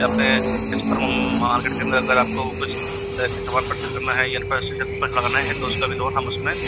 अपने मार्केट के अंदर अगर आपको कुछ ऐसे समान परचेस करना है या इंफ्रास्ट्रक्चर है तो उसका भी लोन हम उसमें